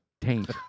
taint